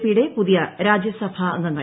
പിയുടെ പുതിയ രാജ്യസഭാ അംഗങ്ങൾ